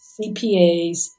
CPAs